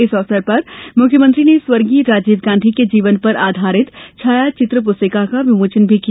इस अवसर पर मुख्यमंत्री ने स्वर्गीय राजीव गांधी के जीवन पर आधारित छायाचित्र प्रस्तिका का विमोचन भी किया